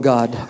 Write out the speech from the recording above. God